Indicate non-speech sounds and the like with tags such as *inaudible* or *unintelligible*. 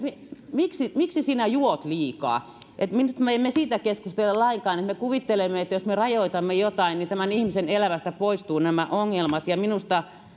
että miksi sinä juot liikaa miksi me emme siitä keskustele lainkaan vaan me kuvittelemme että jos me rajoitamme jotain niin tämän ihmisen elämästä poistuvat nämä ongelmat minusta *unintelligible*